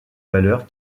valeur